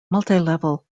multilevel